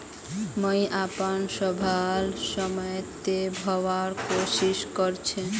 मुई अपनार सबला समय त भरवार कोशिश कर छि